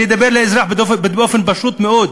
אני מדבר לאזרח באופן פשוט מאוד,